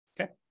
Okay